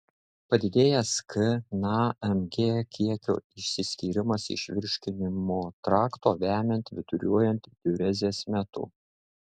padidėjęs k na mg kiekio išsiskyrimas iš virškinimo trakto vemiant viduriuojant diurezės metu